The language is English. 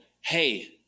hey